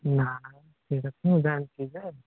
ନାଇଁ ସେକଥା ମୁଁ ଜାଣିଛି ଯେ